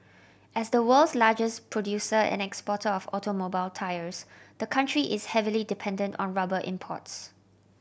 as the world's largest producer and exporter of automobile tyres the country is heavily dependent on rubber imports